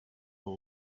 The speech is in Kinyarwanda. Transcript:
w’u